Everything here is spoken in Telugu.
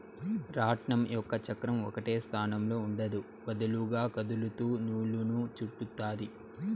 రాట్నం యొక్క చక్రం ఒకటే స్థానంలో ఉండదు, వదులుగా కదులుతూ నూలును చుట్టుతాది